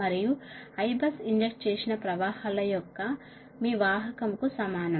మరియు Ibus inject చేసిన ప్రవాహాల యొక్క మీ వాహకము కు సమానం